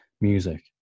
music